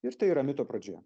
ir tai yra mito pradžia